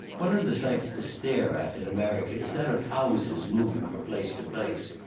one of the sights to stare at in america is that of houses moving from place to place.